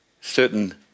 certain